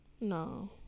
No